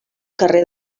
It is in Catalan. carrer